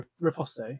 riposte